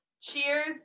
Cheers